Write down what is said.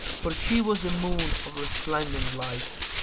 for she was the moon of resplendent light.